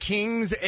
Kings